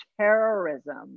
terrorism